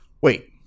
Wait